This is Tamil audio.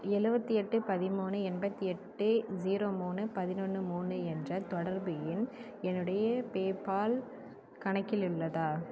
எழுபத்தி எட்டு பதிமூணு எண்பத்து எட்டு ஜீரோ மூணு பதினொன்று மூணு என்ற தொடர்பு எண் என்னுடைய பேபால் கணக்கில் உள்ளதா